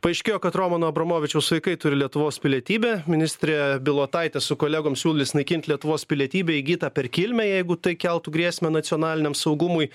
paaiškėjo kad romano abramovičiaus vaikai turi lietuvos pilietybę ministrė bilotaitė su kolegom siūlys naikint lietuvos pilietybę įgytą per kilmę jeigu tai keltų grėsmę nacionaliniam saugumui